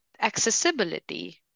accessibility